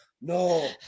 No